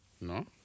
No